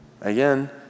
Again